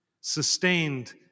sustained